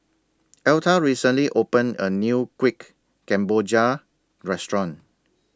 Elta recently opened A New Kuih Kemboja Restaurant